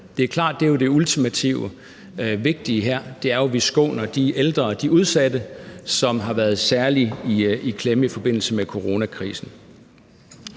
Det er klart, at det ultimativt vigtige her er, at vi skåner de ældre og de udsatte, som har været særligt i klemme i forbindelse med coronakrisen.